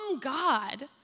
God